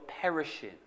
perishing